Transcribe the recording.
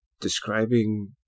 describing